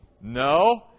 no